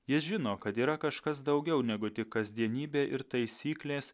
jis žino kad yra kažkas daugiau negu tik kasdienybė ir taisyklės